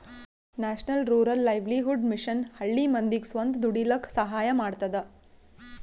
national rural livelihood mission ಹಳ್ಳಿ ಮಂದಿಗ್ ಸ್ವಂತ ದುಡೀಲಕ್ಕ ಸಹಾಯ ಮಾಡ್ತದ